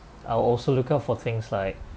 I'll also look out for things like